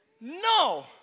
No